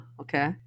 Okay